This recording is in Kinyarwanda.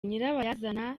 nyirabayazana